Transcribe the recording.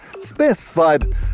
specified